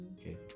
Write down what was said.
okay